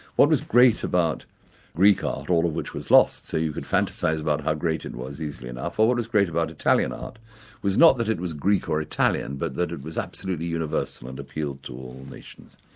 what was great about greek art, all of which was lost, so you could fantasise about how great it was easily enough. but what was great about italian art was not that it was greek or italian, but that it was absolutely universal and appealed to all nations.